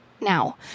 now